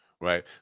right